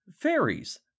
Fairies